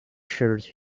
shirt